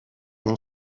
ont